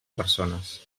persones